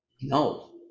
No